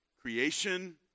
creation